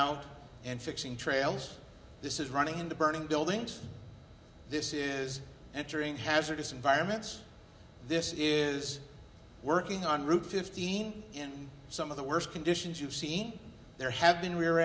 out and fixing trails this is running into burning buildings this is entering hazardous environments this is working on route fifteen in some of the worst conditions you've seen there have been